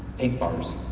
pink bars,